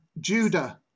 Judah